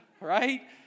right